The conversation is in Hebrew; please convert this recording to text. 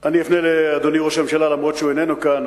אני אפנה לאדוני ראש הממשלה אף-על-פי שהוא איננו כאן.